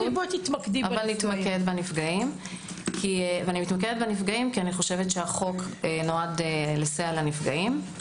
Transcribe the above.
נתמקד בנפגעים, כי החוק נועד לסייע לנפגעים,